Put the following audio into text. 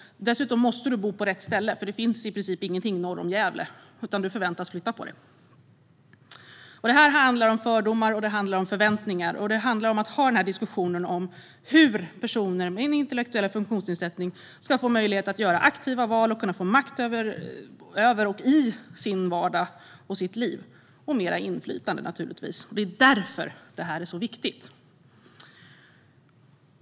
Dessutom måste man bo på rätt ställe, för det finns i princip ingenting norr om Gävle, utan man förväntas flytta på sig. Det här handlar om fördomar och förväntningar. Det handlar om att föra diskussionen om hur personer med intellektuell funktionsnedsättning ska få möjlighet att göra aktiva val, få makt över och i sin vardag och sitt liv och naturligtvis få mer inflytande. Det är därför det här är så viktigt.